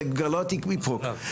לגלות איפוק,